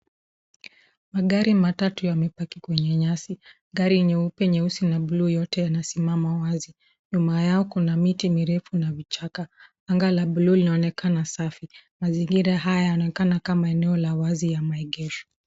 Mgari matatu yamepaki kwenye nyasi, gari nyeupe, nyeusi na bluu yote yanasimama wazi, nyuma yao kuna miti mirefu na vichaka, anga la bluu inionekana safi, mazingira haya yanaonekana kama eneo la wazi ya maegesho.